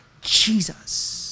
Jesus